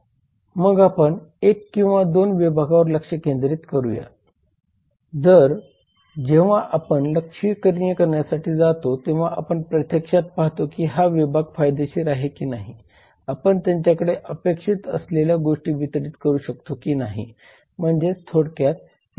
मग आपण 1 किंवा 2 विभागांवर लक्ष केंद्रित करूया तर जेव्हा आम्ही लक्ष्यीकरणासाठी जातो तेव्हा आपण प्रत्यक्षात पाहतो की हा विभाग फायदेशीर आहे की नाही आपण त्यांच्याकडे अपेक्षित असलेल्या गोष्टी वितरीत करू शकू की नाही म्हणजे थोडक्यात 2310 यालाच लक्ष्यीकरण म्हणतात